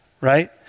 right